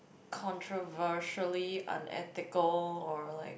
controversially unethical or like